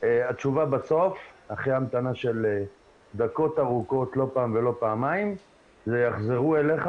התשובה בסוף אחרי המתנה של דקות ארוכות לא פעם ולא פעמיים 'יחזרו אליך'